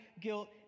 guilt